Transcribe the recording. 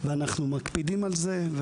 ואנחנו מקפידים על זה.